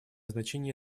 значение